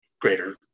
greater